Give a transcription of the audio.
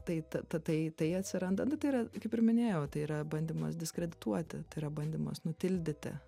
tai ta tatai tai atsiranda nu tai yra kaip ir minėjau tai yra bandymas diskredituoti tai yra bandymas nutildyti